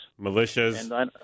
Militias